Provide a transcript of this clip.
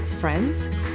friends